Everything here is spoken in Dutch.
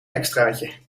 extraatje